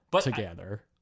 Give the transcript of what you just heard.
together